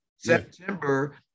September